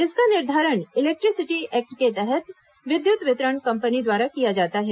इसका निर्धारण electricity act के तहत विद्युत वितरण कंपनी द्वारा किया जाता है